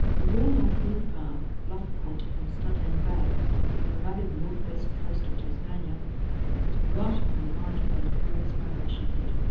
the woolnorth wind farm at bluff point and studland bay on the rugged north-west coast of tasmania is right on the orange-bellied parrot's migration route.